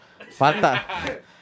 falta